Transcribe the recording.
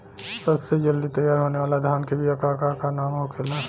सबसे जल्दी तैयार होने वाला धान के बिया का का नाम होखेला?